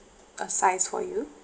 uh size for you